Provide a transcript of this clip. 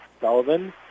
Sullivan